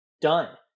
Done